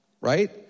Right